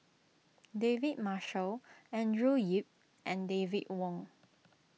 David Marshall Andrew Yip and David Wong